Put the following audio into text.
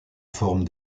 forme